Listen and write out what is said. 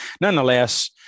nonetheless